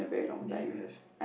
that you have